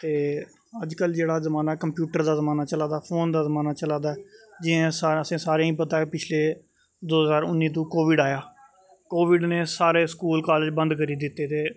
ते अज्ज कल जेह्ड़ा जमाना कंप्यूटर दा जमाना चला दा फोन दा जमाना चला दा जि'यां अस असें सारें ई पता ऐ पिछले दो ज्हार उन्नी तों कोविड़ आया कोविड़ ने सारे स्कूल कालेज बंद करी दित्ते ते